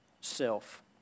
self